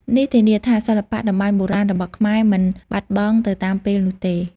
នេះធានាថាសិល្បៈតម្បាញបុរាណរបស់ខ្មែរមិនបាត់បង់ទៅតាមពេលនោះទេ។